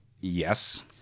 Yes